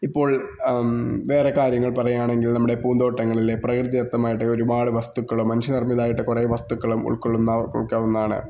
ഇപ്പോള് വേറെ കാര്യങ്ങള് പറയുകയാണെങ്കിൽ നമ്മുടെ പൂന്തോട്ടങ്ങളിലെ പ്രകൃതിദത്തമായിട്ട് ഒരുപാട് വസ്തുക്കള് മനുഷ്യ നിര്മ്മിതായിട്ട് കുറേ വസ്തുക്കളും ഉള്ക്കൊള്ളുന്ന ഉള്ക്കൊള്ളുന്നതാണ്